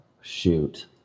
shoot